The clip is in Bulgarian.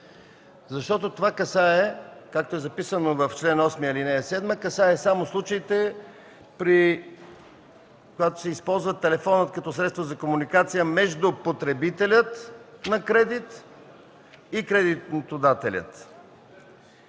седма. Това касае, както е записано в чл. 8, ал. 7, само случаите, когато се използва телефонът като средство за комуникация между потребителя на кредит и кредитодателя.